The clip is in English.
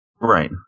Right